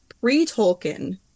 pre-Tolkien